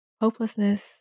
hopelessness